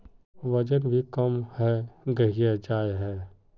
वजन भी कम है गहिये जाय है?